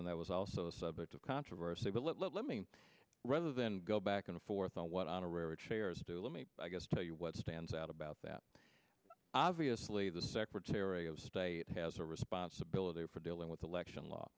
and that was also the subject of controversy but let let let me rather than go back and forth on what honorary chairs do let me just tell you what stands out about that obviously the secretary of state has a responsibility for dealing with election law